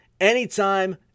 anytime